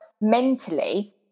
mentally